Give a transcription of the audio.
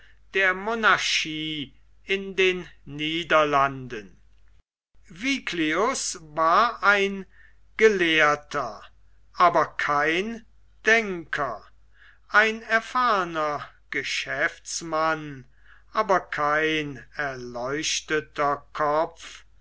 der monarchie in den niederlanden vita vigl viglius war ein gelehrter aber kein denker ein erfahrner geschäftsmann aber kein erleuchteter kopf